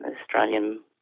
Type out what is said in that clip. Australian